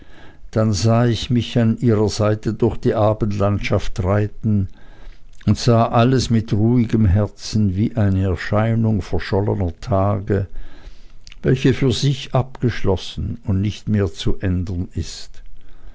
dann sah ich mich an ihrer seite durch die abendlandschaft reiten und sah alles mit ruhigem herzen wie eine erscheinung verschollener tage welche für sich abgeschlossen und nicht mehr zu ändern ist